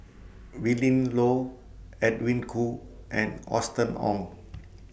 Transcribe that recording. Willin Low Edwin Koo and Austen Ong